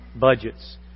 budgets